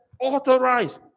authorized